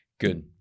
Good